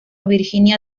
virginia